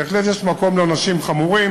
בהחלט יש מקום לעונשים חמורים,